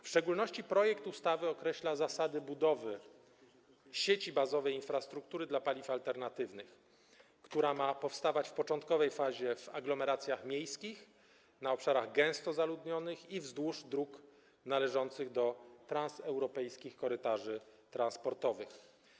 W szczególności projekt ustawy określa zasady budowy sieci bazowej infrastruktury dla paliw alternatywnych, która ma powstawać w początkowej fazie w aglomeracjach miejskich, na obszarach gęsto zaludnionych i wzdłuż dróg należących do transeuropejskich korytarzy transportowych.